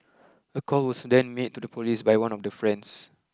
a call was then made to the police by one of the friends